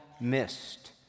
missed